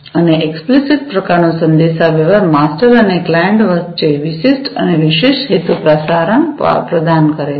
અને એક્સ્પ્લિસિત પ્રકારનો સંદેશાવ્યવહાર માસ્ટર અને ક્લાયંટ વચ્ચે વિશિષ્ટ અને વિશેષ હેતુ પ્રસારણ પ્રદાન કરે છે